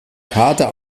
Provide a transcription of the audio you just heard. kater